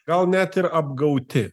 gal net ir apgauti